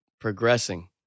progressing